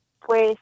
Pues